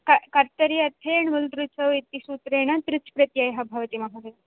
कर्तरी अर्थे ण्वुल्तृचौ इति सूत्रेण तृच् प्रत्ययः भवति महोदय